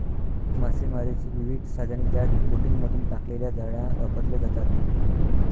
मासेमारीची विविध साधने ज्यात बोटींमधून टाकलेल्या जाळ्या वापरल्या जातात